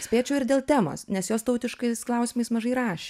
spėčiau ir dėl temos nes jos tautiškais klausimais mažai rašė